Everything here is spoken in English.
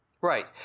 Right